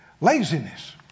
laziness